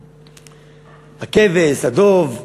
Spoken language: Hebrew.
הכבש, הדוב,